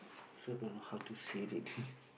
also don't know how to say it